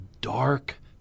dark